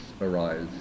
arise